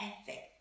ethic